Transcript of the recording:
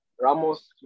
Ramos